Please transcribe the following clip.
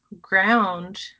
ground